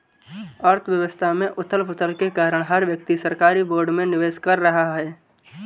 अर्थव्यवस्था में उथल पुथल के कारण हर व्यक्ति सरकारी बोर्ड में निवेश कर रहा है